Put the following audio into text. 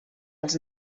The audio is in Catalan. els